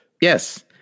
Yes